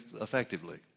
effectively